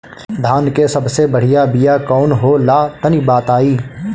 धान के सबसे बढ़िया बिया कौन हो ला तनि बाताई?